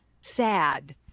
sad